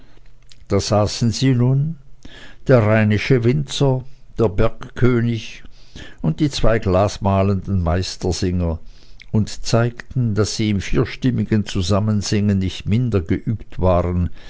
da saßen sie nun der rheinische winzer der bergkönig und die zwei glasmalenden meistersinger und zeigten daß sie im vierstimmigen zusammensingen nicht minder geübt waren